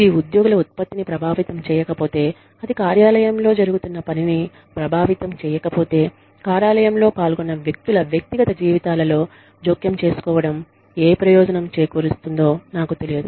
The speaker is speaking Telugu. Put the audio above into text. ఇది ఉద్యోగుల ఉత్పత్తిని ప్రభావితం చేయకపోతే అది కార్యాలయంలో జరుగుతున్న పనిని ప్రభావితం చేయకపోతే కార్యాలయంలో పాల్గొన్న వ్యక్తుల వ్యక్తిగత జీవితాలలో జోక్యం చేసుకోవడం ఏ ప్రయోజనం చేకూరుస్తుందో నాకు తెలియదు